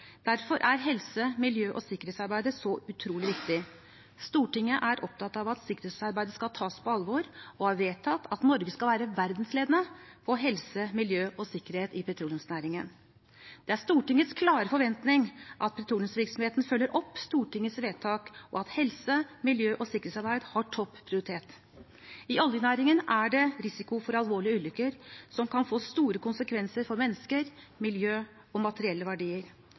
Derfor er arbeidet med helse, miljø og sikkerhet så utrolig viktig. Stortinget er opptatt av at sikkerhetsarbeidet skal tas på alvor, og har vedtatt at Norge skal være verdensledende på helse, miljø og sikkerhet i petroleumsnæringen. Det er Stortingets klare forventning at petroleumsvirksomheten følger opp Stortingets vedtak, og at helse-, miljø- og sikkerhetsarbeid har topp prioritet. I oljenæringen er det risiko for alvorlige ulykker som kan få store konsekvenser for mennesker, miljø og materielle verdier.